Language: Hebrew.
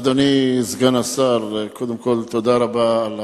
אדוני סגן השר, קודם כול תודה רבה על